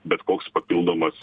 bet koks papildomas